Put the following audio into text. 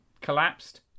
collapsed